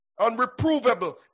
Unreprovable